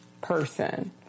person